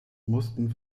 mussten